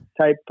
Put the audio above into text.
type